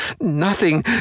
Nothing